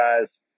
guys